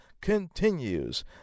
continues